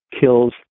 kills